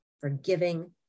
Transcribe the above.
forgiving